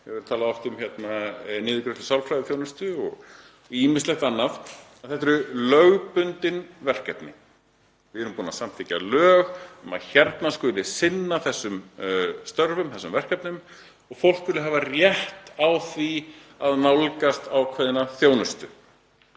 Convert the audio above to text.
eða um niðurgreiðslu sálfræðiþjónustu og ýmislegt annað — þetta eru lögbundin verkefni. Við erum búin að samþykkja lög um að hér skuli sinna þessum störfum, þessum verkefnum og að fólk eigi að hafa rétt á því að nálgast ákveðna þjónustu.